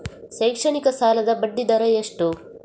ಶೈಕ್ಷಣಿಕ ಸಾಲದ ಬಡ್ಡಿ ದರ ಎಷ್ಟು?